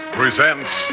presents